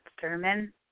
Thurman